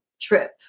trip